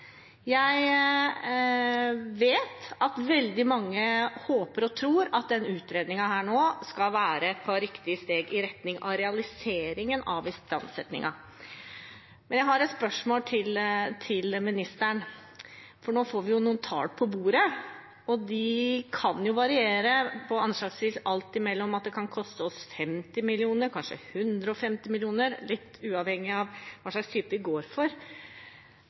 Jeg vet at veldig mange håper og tror at denne utredningen skal være et riktig steg i retning av å realisere istandsettingen. Jeg har et spørsmål til ministeren, for nå får vi noen tall på bordet, og de anslagene varierer. Det kan koste oss alt mellom 50 mill. kr og 150 mill. kr – litt avhengig av hva vi går for.